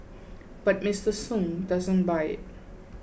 but Mister Sung doesn't buy it